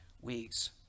week's